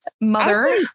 Mother